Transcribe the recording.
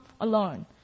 alone